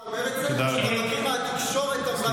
אתה שמעת את שר האוצר אומר את זה,